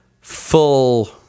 full